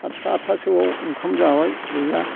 सात्ता आत्तासोयाव ओंखाम जाबाय गैला